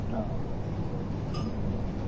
आं अं